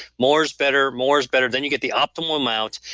more is better, more is better, then you get the optimal amount,